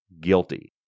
guilty